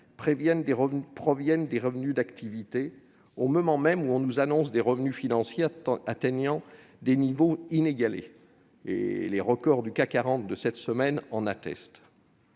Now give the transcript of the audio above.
proviennent des revenus d'activité, au moment même où l'on nous annonce des revenus financiers atteignant des niveaux inégalés : les récents records du CAC 40 en attestent.